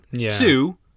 Two